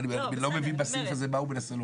אני לא מבין בסעיף הזה מה הוא מנסה לומר.